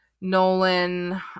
Nolan